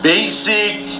Basic